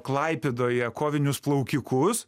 klaipėdoje kovinius plaukikus